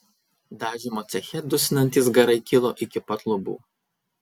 dažymo ceche dusinantys garai kilo iki pat lubų